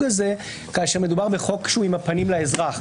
הזה כאשר מדובר בחוק שהוא עם הפנים לאזרח.